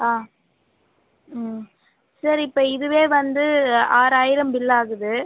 ஆ ம் சரி இப்போ இதுவே வந்து ஆறாயிரம் பில்லாகுது